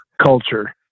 culture